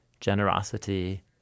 generosity